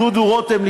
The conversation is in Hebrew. דודו רותם,